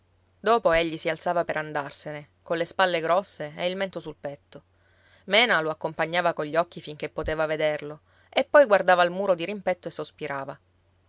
dopo egli si alzava per andarsene colle spalle grosse e il mento sul petto mena lo accompagnava cogli occhi finché poteva vederlo e poi guardava al muro dirimpetto e sospirava